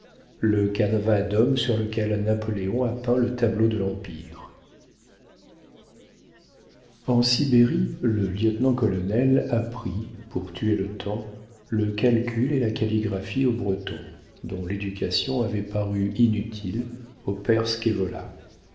le canevas d'hommes sur lequel napoléon a peint le tableau de l'empire en sibérie le lieutenant-colonel apprit pour tuer le temps le calcul et la calligraphie au breton dont l'éducation avait paru inutile au